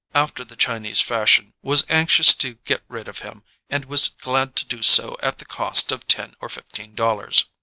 after the chinese fashion, was anxious to get rid of him and was glad to do so at the cost of ten or fifteen dollars.